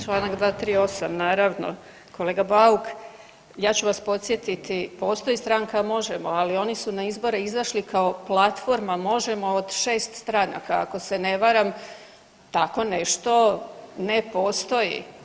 Članak 238., naravno kolega Bauk ja ću vas podsjetiti postoji stranka Možemo ali oni su na izbore izašli kao platforma Možemo od 6 stranaka ako se ne varam tako nešto ne postoji.